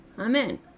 amen